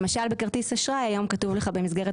למשל בכרטיס אשראי היום כתוב לך במסגרת